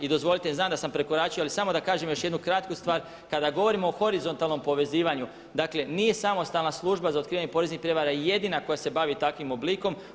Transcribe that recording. I dozvolite mi, znam da sam prekoračio ali samo da kažem još jednu kratku stvara, kada govorimo o horizontalnom povezivanju, dakle nije samostalna služba za otkrivanje poreznih prijevara jedina koja se bavi takvim oblikom.